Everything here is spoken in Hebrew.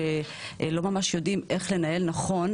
יודעים איך לנהל נכון.